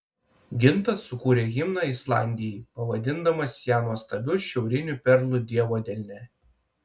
gintas sukūrė himną islandijai pavadindamas ją nuostabiu šiauriniu perlu dievo delne